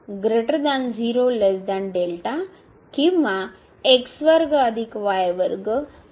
ते आहे किंवा